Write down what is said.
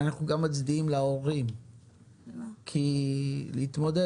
אנחנו גם מצדיעים להורים כי להתמודד